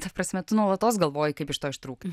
ta prasme tu nuolatos galvoji kaip iš to ištrūkt